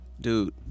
dude